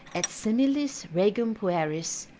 et similis regum pueris,